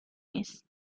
نیست